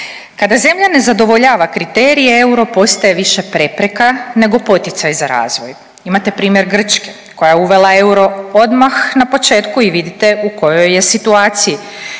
Kada zemlja ne zadovoljava kriterije euro postaje više prepreka nego poticaj za razvoj. Imate primjer Grčke koja je uvela euro odmah na početku i vidite u kojoj je situaciji.